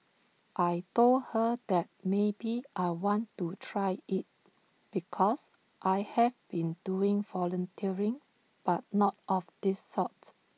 I Told her that maybe I want to try IT because I have been doing volunteering but not of this sorts